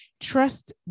trust